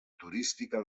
turística